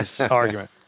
argument